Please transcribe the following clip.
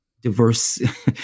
diverse